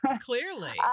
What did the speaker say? Clearly